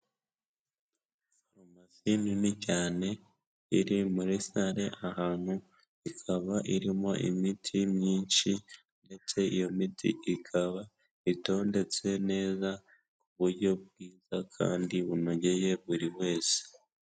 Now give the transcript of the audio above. Farumasi nini cyane, iri muri sare ahantu, ikaba irimo imiti myinshi ndetse iyo miti ikaba itondetse neza, ku buryo bwiza kandi bunogeye buri wese.